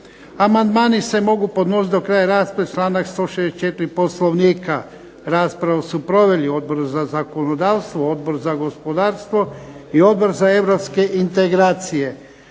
Amandmani se mogu podnositi do kraja rasprave, članak 164. Poslovnika. Raspravu su proveli Odbor za zakonodavstvo, Odbor za gospodarstvo i Odbor za europske integracije.